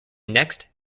next